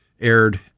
aired